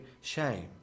shame